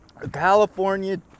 California